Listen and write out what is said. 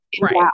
Right